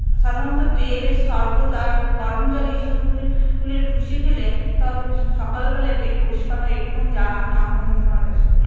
সাধারণত বেলের শরবত আর গরম জলে ইসবগুল গুলের ভুষি খেলে তবে সকালবেলায় পেট পরিষ্কার হয় এইটুকু জানা ঠাকুমা দিদিমার কাছে